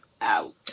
out